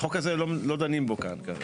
על החוק הזה, לא דנים בו כאן כרגע.